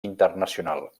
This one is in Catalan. internacional